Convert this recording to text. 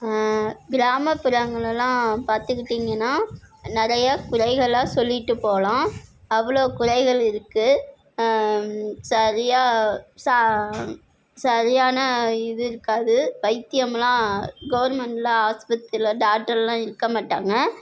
கிராமப்புறங்கள்லலாம் பார்த்துக்கிட்டிங்கனா நிறைய குறைகளை சொல்லிகிட்டு போகலாம் அவ்வளோ குறைகள் இருக்குது சரியா சரியான இது இருக்காது வைத்தியம்லாம் கவர்மெண்ட்டில் ஆஸ்பத்திரியில் டாக்டர்லாம் இருக்க மாட்டாங்க